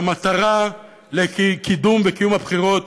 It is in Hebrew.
והמטרה של קידום וקיום הבחירות